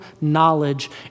knowledge